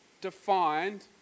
defined